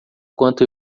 quanto